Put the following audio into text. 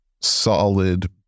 solid